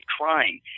crying